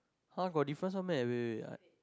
[huh] got differences one meh wait wait wait I